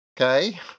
Okay